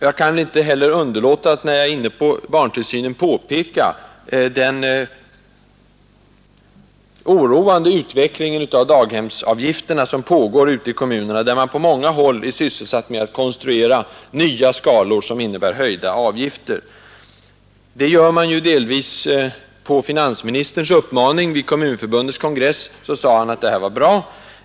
Jag kan inte heller underlåta att, när jag är inne på barntillsynen, peka på den oroande utveckling av daghemsavgifterna som sker ute i kommunerna, där man på många håll är sysselsatt med att konstruera nya skalor som innebär höjda avgifter. Det gör man ju delvis på finansministerns uppmaning — vid Kommunförbundets kongress sade han att det här var bra.